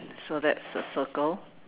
so that's a circle